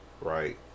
Right